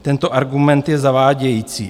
Tento argument je zavádějící.